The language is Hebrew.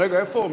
איפה עמר?